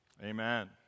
Amen